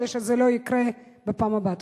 כדי שזה לא יקרה בפעם הבאה.